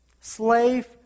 slave